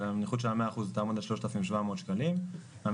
הנכות של המאה אחוזים תעמוד על 3,700 שקלים והמספר